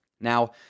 Now